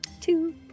Two